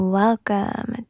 welcome